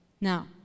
Now